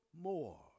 more